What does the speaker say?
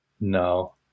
No